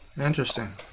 Interesting